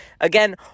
again